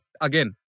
again